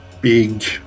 big